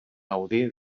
gaudir